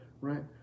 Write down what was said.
Right